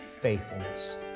faithfulness